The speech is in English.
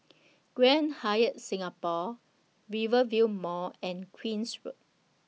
Grand Hyatt Singapore Rivervale Mall and Queen's Road